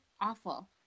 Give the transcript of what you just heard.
awful